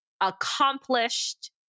accomplished